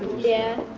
yeah.